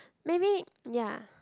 maybe ya